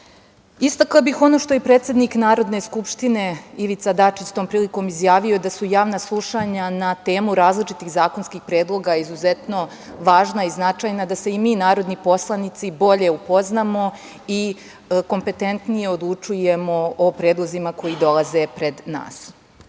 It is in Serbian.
zakona. Istakla bih ono što i predsednik Narodne skupštine Ivica Dačić, tom prilikom izjavio da su javna slušanja na temu različitih zakonskih predloga izuzetno važna i značajna, da se i mi narodni poslanici bolje upoznamo i kompetentnije odlučujemo o predlozima koji dolaze pred